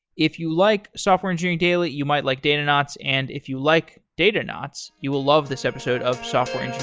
if you like software engineering daily, you might like datanauts, and if you like datanauts, you will love this episode of software